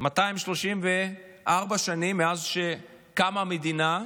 234 שנים, מאז שקמה המדינה,